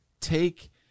take